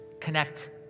connect